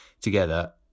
together